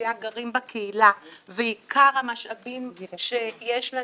מהאוכלוסייה גרים בקהילה ועיקר המשאבים שיש לנו,